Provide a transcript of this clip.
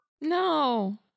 No